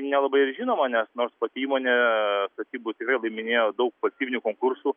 nelabai ir žinoma nes nors pati įmonė statybų tikrai laiminėjo daug valstybinių konkursų